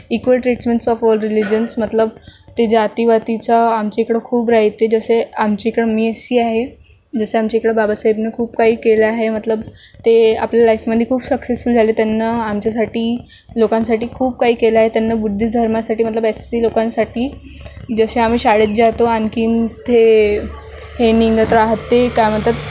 equal treatments of all religions मतलब ते जातीवातीचा आमच्या इकडं खूप राहते जसे आमच्या इकडे मी एस सी आहे जसं आमच्या इकडे बाबासाहेबांनी खूप काही केलं आहे मतलब ते आपल्या लाईफमध्ये खूप सक्सेसफुल झाले त्यांनी आमच्यासाठी लोकांसाठी खूप काही केलं आहे त्यांनी बुद्धिस्ट धर्मासाठी मतलब एस सी लोकांसाठी जसे आम्ही शाळेत जातो आणखीन ते हे निघत राहते काय म्हणतात